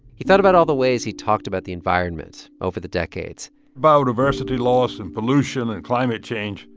he thought about all the ways he talked about the environment over the decades biodiversity loss and pollution and climate change.